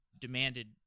demanded